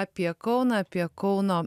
apie kauną apie kauno